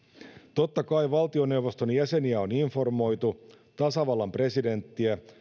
totta kai valtioneuvoston jäseniä on informoitu tasavallan presidenttiä